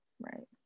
Right